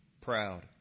proud